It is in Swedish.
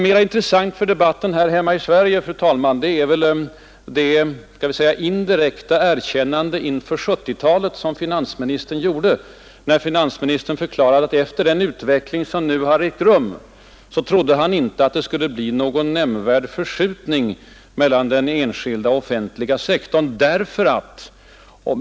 Mera intressant för debatten här hemma i Sverige, fru talman, är det indirekta erkännande inför 1970-talet som finansministern gjorde när han förklarade att han efter den utveckling som hittills ägt rum inte trodde att det skulle bli någon nämnvärd förskjutning mellan den enskilda och den offentliga sektorn.